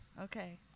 Okay